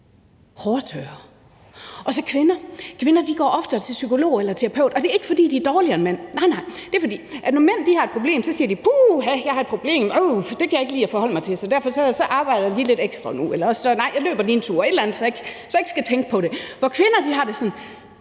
hårtørrere koster kassen, og kvinder går oftere til psykolog eller terapeut, og det er ikke, fordi de er dårligere end mænd, nej, nej, det er, fordi mænd, når de har et problem, så siger: Puha, jeg har et problem, det kan jeg ikke lide at forholde mig til, så derfor arbejder jeg nu lige lidt ekstra. Eller de siger, at nej, jeg løber lige en tur, så jeg ikke skal tænke på det, hvor kvinder har det sådan: